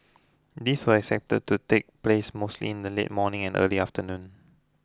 these were expected to take place mostly in the late morning and early afternoon